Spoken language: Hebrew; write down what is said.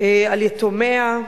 על יתומיה.